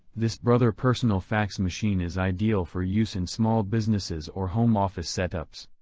this brother personal fax machine is ideal for use in small businesses or home office setups.